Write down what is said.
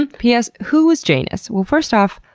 and p s. who was janus? well, first off,